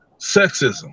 sexism